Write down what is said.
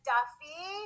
Duffy